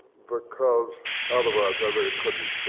because otherwise, i really couldn't